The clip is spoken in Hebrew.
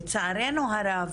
לצערנו הרב,